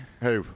hey